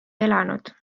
elanud